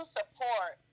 support